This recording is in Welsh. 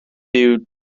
byw